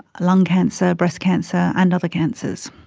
lung cancer, breast cancer and other cancers.